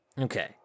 okay